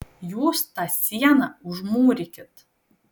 jūs tą sieną užmūrykit